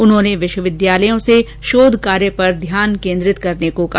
उन्होंने विश्वविद्यालयों से शोध कार्य पर ध्यान केन्द्रित करने को कहा